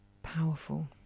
powerful